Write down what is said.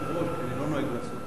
כי אני לא נוהג לעשות את זה,